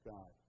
God